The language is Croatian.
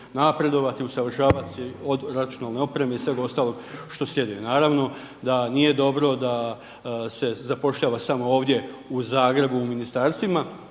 napredovati, usavršavati se od računalne opreme i svega ostalog što sljeduje. Naravno da nije dobro da se zapošljava samo ovdje u Zagrebu u Ministarstvima.